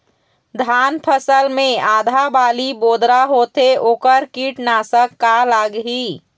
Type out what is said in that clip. धान फसल मे आधा बाली बोदरा होथे वोकर कीटनाशक का लागिही?